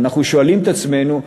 ואנחנו שואלים את עצמנו,